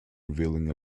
revealing